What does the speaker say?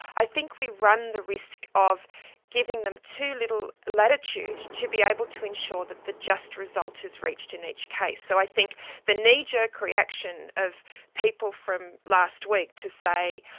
i think we run the risk of giving them too little latitude to be able to ensure that the just result is reached in each case. so i think the kneejerk reaction of people from last week to say,